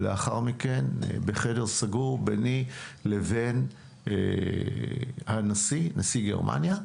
ולאחר מכן בחדר סגור ביני לבין נשיא גרמניה,